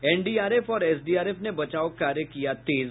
NDRF और SDRF ने बचाव कार्य किया तेज